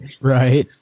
Right